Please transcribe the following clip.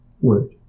word